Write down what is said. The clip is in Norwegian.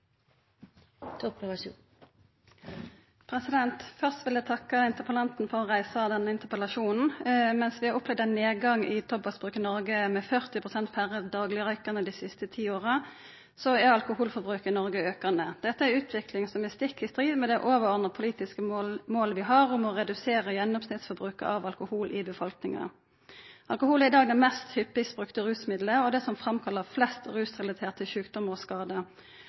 Først vil eg takka interpellanten for å reisa denne interpellasjon. Mens vi har opplevd ein nedgang i tobakksbruk i Noreg, med 40 pst. færre daglegrøykande dei siste ti åra, er alkoholforbruket i Noreg aukande. Dette er ei utvikling som er stikk i strid med det overordna politiske målet vi har om å redusera gjennomsnittsforbruket av alkohol i befolkninga. Alkohol er i dag det mest hyppig brukte rusmidlet og det som framkallar flest rusrelaterte sjukdomar og